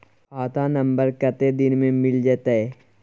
खाता नंबर कत्ते दिन मे मिल जेतै?